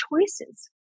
choices